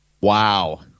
wow